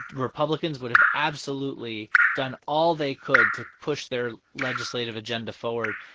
republicans would have absolutely done all they could to push their legislative agenda forward.